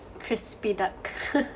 crispy duck